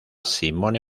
simone